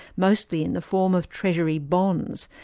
mostly in the form of treasury bonds.